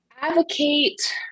Advocate